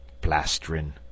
plasterin